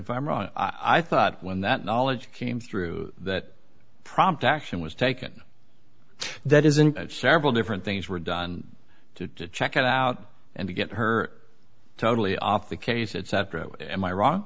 if i'm wrong i thought when that knowledge came through that prompt action was taken that isn't several different things were done to check it out and to get her totally off the case it's not true am i wrong